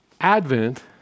Advent